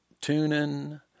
tuning